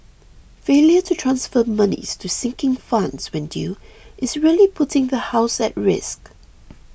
failure to transfer monies to sinking funds when due is really putting the house at risk